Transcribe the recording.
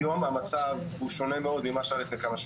היום המצב הוא שונה ממה שהיה לפני כמה שנים.